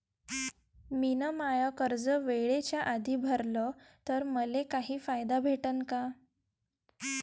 मिन माय कर्ज वेळेच्या आधी भरल तर मले काही फायदा भेटन का?